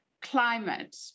climate